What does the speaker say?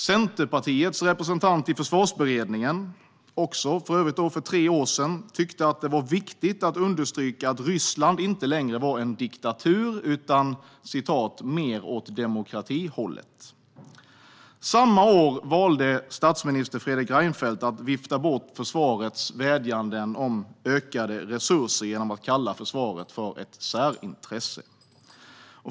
Centerpartiets representant i Försvarsberedningen tyckte, också för övrigt för tre år sedan, att det var viktigt att understryka att Ryssland inte längre var en diktatur utan "mer åt demokratihållet". Samma år valde statsminister Fredrik Reinfeldt att vifta bort försvarets vädjanden om ökade resurser genom att kalla försvaret för ett särintresse.